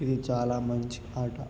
ఇది చాలా మంచి ఆట